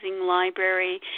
library